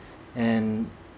and